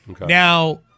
Now